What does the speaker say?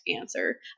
answer